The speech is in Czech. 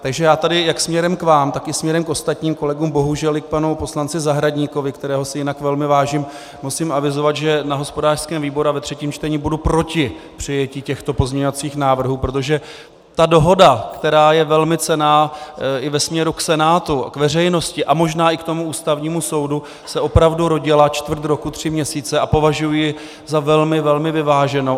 Takže já tady jak směrem k vám, tak i směrem k ostatním kolegům, bohužel i k panu poslanci Zahradníkovi, kterého si jinak velmi vážím, musím avizovat, že na hospodářském výboru a ve třetím čtení budu proti přijetí těchto pozměňovacích návrhů, protože ta dohoda, která je velmi cenná i ve směru k Senátu, k veřejnosti a možná i k tomu Ústavnímu soudu, se opravdu rodila čtvrt roku, tři měsíce, a považuji ji za velmi, velmi vyváženou.